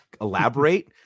elaborate